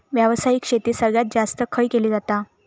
व्यावसायिक शेती सगळ्यात जास्त खय केली जाता?